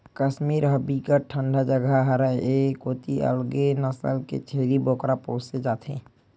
कस्मीर ह बिकट ठंडा जघा हरय ए कोती अलगे नसल के छेरी बोकरा पोसे जाथे